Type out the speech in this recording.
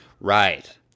Right